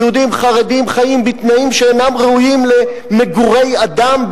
יהודים חרדים חיים בתנאים שאינם ראויים למגורי אדם,